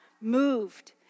moved